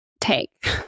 take